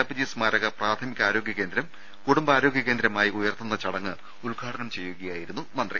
പ്പജി സ്മാരക പ്രാഥമികാരോഗ്യ കേന്ദ്രം കുടുംബാരോഗ്യ കേന്ദ്രമായി ഉയർത്തുന്ന ചടങ്ങ് ഉദ്ഘാടനം ചെയ്യുക യായിരുന്നു മന്ത്രി